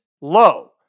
low